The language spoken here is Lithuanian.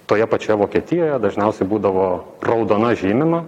toje pačioje vokietijoje dažniausiai būdavo raudona žymima